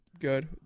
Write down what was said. good